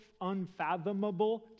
unfathomable